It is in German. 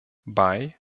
bei